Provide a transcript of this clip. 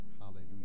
Hallelujah